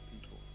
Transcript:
people